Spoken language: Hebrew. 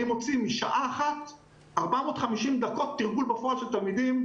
אני מוציא משעה אחת 450 דקות של תרגול בפועל של תלמידים.